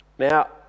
Now